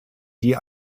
die